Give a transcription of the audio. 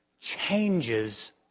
changes